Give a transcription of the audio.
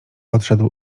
odszedł